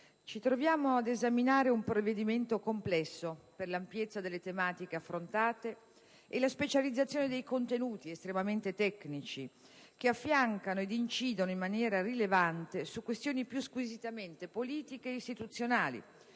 ci troviamo ad esaminare un provvedimento complesso per l'ampiezza delle tematiche affrontate e la specializzazione dei contenuti estremamente tecnici, che affiancano ed incidono in maniera rilevante su questioni più squisitamente politiche ed istituzionali,